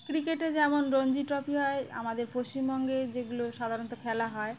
ক্রিকেটে যেমন রঞ্জি ট্রফি হয় আমাদের পশ্চিমবঙ্গে যেগুলো সাধারণত খেলা হয়